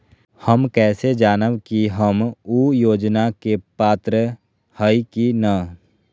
हम कैसे जानब की हम ऊ योजना के पात्र हई की न?